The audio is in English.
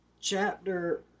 chapter